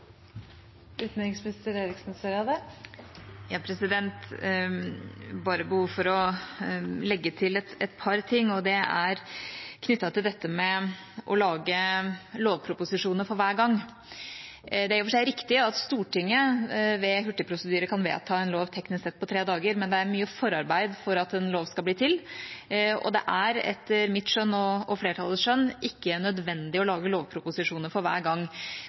til det å lage lovproposisjoner for hver gang. Det er i og for seg riktig at Stortinget ved hurtigprosedyre kan vedta en lov teknisk sett på tre dager, men det er mye forarbeid for at en lov skal bli til. Det er etter mitt og flertallets skjønn ikke nødvendig å lage lovproposisjoner for hver gang.